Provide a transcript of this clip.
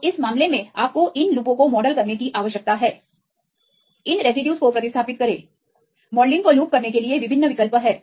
तो इस मामले में आपको इन लूपों को मॉडल करने की आवश्यकता है इन रेसिड्यूज को प्रतिस्थापित करें मॉडलिंग को लूप करने के लिए विभिन्न विकल्प हैं